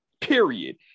Period